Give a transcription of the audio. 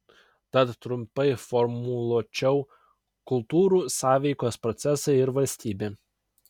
tad trumpai formuluočiau kultūrų sąveikos procesai ir valstybė